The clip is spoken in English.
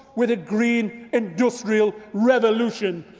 with a green industrial revolution,